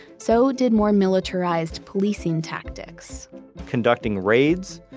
so did more militarized policing tactics conducting raids,